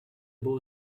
ball